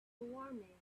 warming